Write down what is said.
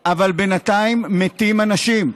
אבל בינתיים מתים אנשים.